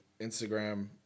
Instagram